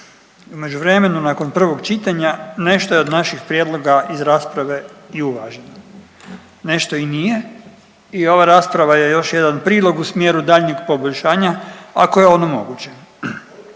U međuvremenu nakon prvog čitanja nešto je od naših prijedloga iz rasprave i uvaženo. Nešto i nije i ova rasprava je još jedan prilog u smjeru daljnjeg poboljšanja ako je ona moguća.